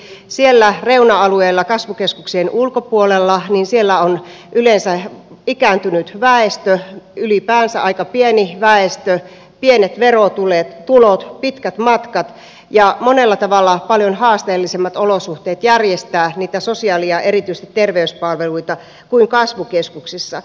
siellä reuna alueilla kasvukeskuksien ulkopuolella on yleensä ikääntynyt väestö ylipäänsä aika pieni väestö pienet verotulot pitkät matkat ja monella tavalla paljon haasteellisemmat olosuhteet järjestää niitä sosiaali ja erityisesti terveyspalveluita kuin kasvukeskuksissa